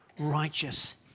Righteous